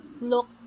look